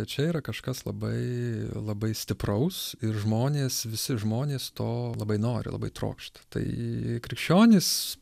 čia yra kažkas labai labai stipraus ir žmonės visi žmonės to labai nori labai trokšta tai krikščionys